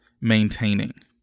maintaining